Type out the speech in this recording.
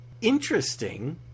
interesting